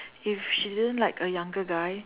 if she didn't like a younger guy